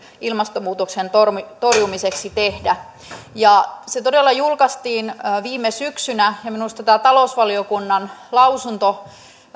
ilmastonmuutoksen torjumiseksi tehdä se todella julkaistiin viime syksynä ja minusta tämä talousvaliokunnan lausunto